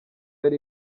yari